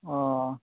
ᱚᱸᱻ